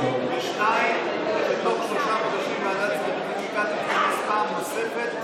2. תוך שלושה חודשים ועדת שרים לחקיקה תתכנס פעם נוספת,